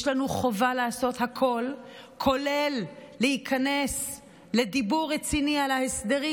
יש לנו חובה לעשות הכול כולל להיכנס לדיבור רציני על ההסדרים